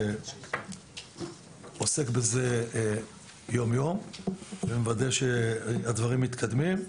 עוסק בזה יום-יום ומוודא שהדברים מתקדמים.